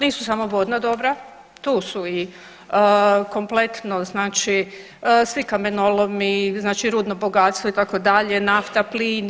Nisu samo vodna dobra, tu su i kompletno znači svi kamenolomi, znači rudno bogatstvo itd. nafta, plin.